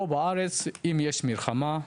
פה בארץ אם יש מלחמה,